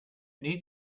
need